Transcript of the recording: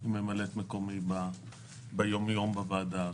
היא ממלאת מקומי ביום-יום בוועדה.